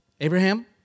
Abraham